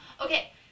Okay